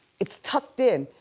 it's tucked in.